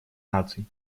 наций